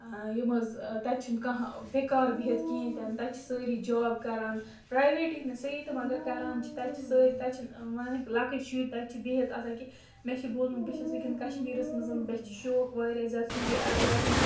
آ یِم حظ تَتہِ چھِنہٕ کانٛہہ بیکار بِہِتھ کِہیٖنٛۍ تہِ نہٕ تَتہِ چھِ سٲری جاب کَران پرٛایویٹٕے نہٕ صحیح تہٕ مگر کَران چھِ تَتہِ چھِ سٲری تَتہِ چھِنہٕ وَنکھ لۅکٕٹۍ شُرۍ تَتہِ چھِ بِہِتھ آسان کیٚنٛہہ مےٚ چھُ بوٗزمُت بہٕ چھَس وُنکٮ۪ن کَشمیٖرَس منٛز مےٚ چھِ شوق واریاہ زیادٕ سعوٗدی عرب گژھُن